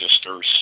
sisters